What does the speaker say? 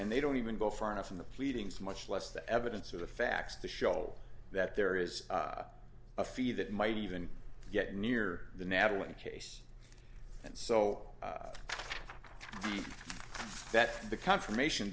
and they don't even go far enough in the pleadings much less the evidence or the facts to show that there is a fee that might even get near the natalie case and so that's the confirmation